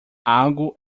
algo